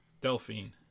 Delphine